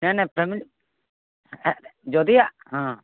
ନାଇଁ ନାଇଁ ଫ୍ୟାମିଲି ଯଦି ଆ ହଁ